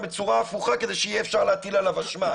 בצורה הפוכה כדי שיהיה אפשר להטיל עליו אשמה.